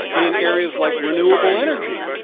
in areas like renewable energy,